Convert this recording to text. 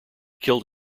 killed